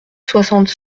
soixante